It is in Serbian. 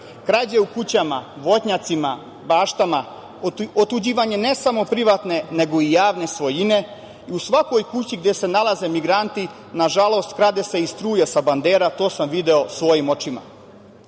krađe u kućama, voćnjacima, baštama, otuđivanje, ne samo privatne, nego i javne svojine, u svakoj kući gde se nalaze migranti, nažalost, krade se i struja sa bandera, to sam video svojim očima. Kada